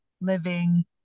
living